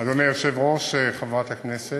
אדוני היושב-ראש, חברת הכנסת,